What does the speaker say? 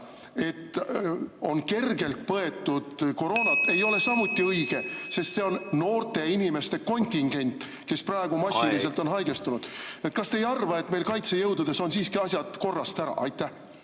et on kergelt põetud koroonat, ei ole samuti õige, sest see on noorte inimeste kontingent, kes praegu massiliselt on haigestunud. Aeg! Kas te ei arva, et meil kaitsejõududes on siiski asjad korrast ära? Aitäh!